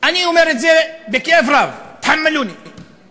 אני אומר את זה בכאב רב (בערבית: תבואו אלי בטענות.)